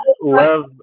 Love